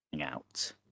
out